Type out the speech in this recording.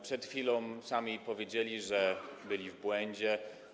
Przed chwilą sami powiedzieli, że byli w błędzie.